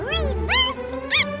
Reverse